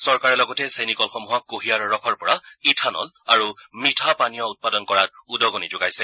চৰকাৰে লগতে চেনী কলসমূহক কুঁহিয়াৰৰ ৰসৰ পৰা ইথানল আৰু মিঠা পানীয় উৎপাদন কৰাত উদগনি যোগাইছে